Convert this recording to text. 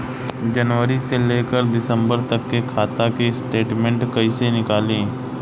जनवरी से लेकर दिसंबर तक के खाता के स्टेटमेंट कइसे निकलि?